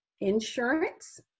insurance